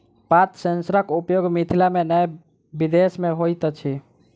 पात सेंसरक उपयोग मिथिला मे नै विदेश मे होइत अछि